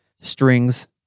strings